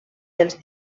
dels